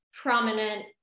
prominent